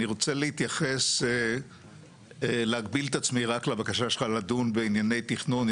אני רוצה להגביל את עצמי רק לבקשה שלך לדון בענייני תכנון.